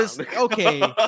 okay